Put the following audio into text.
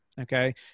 okay